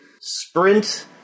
Sprint